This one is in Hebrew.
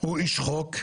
הוא איש חוק,